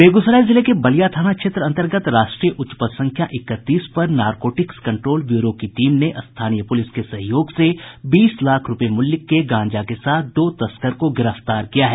बेगूसराय जिले के बलिया थाना क्षेत्र अंतर्गत राष्ट्रीय उच्च पथ संख्या इकतीस पर नारकोटिक्स कंट्रोल ब्यूरो की टीम ने स्थानीय पुलिस के सहयोग से बीस लाख रूपये मूल्य के गांजा के साथ दो तस्कर को गिरफ्तार किया है